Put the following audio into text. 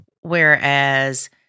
Whereas